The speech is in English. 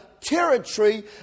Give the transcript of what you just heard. territory